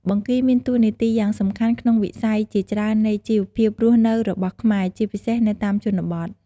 បង្គីមានតួនាទីយ៉ាងសំខាន់ក្នុងវិស័យជាច្រើននៃជីវភាពរស់នៅរបស់ខ្មែរ ជាពិសេសនៅតាមជនបទ។